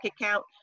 account